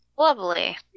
Lovely